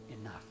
enough